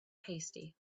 tasty